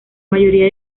mayoría